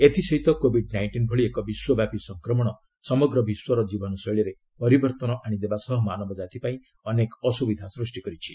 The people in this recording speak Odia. ଏଥିସହିତ କୋବିଡ ନାଇଷ୍ଟିନ୍ ଭଳି ଏକ ବିଶ୍ୱବ୍ୟାପୀ ସଂକ୍ରମଣ ସମଗ୍ର ବିଶ୍ୱର ଜୀବନଶୈଳୀରେ ପରିବର୍ତ୍ତନ ଆଶିଦେବା ସହ ମାନବ କ୍ରାତି ପାଇଁ ଅନେକ ଅସୁବିଧା ସୃଷ୍ଟି ହୋଇଛି